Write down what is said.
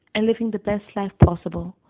and living the best life possible,